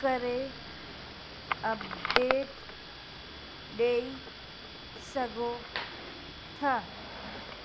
करे अपडेट ॾेई सघो था